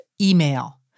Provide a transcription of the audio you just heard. email